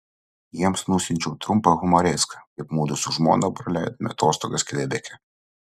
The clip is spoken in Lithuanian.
jiems nusiunčiau trumpą humoreską kaip mudu su žmona praleidome atostogas kvebeke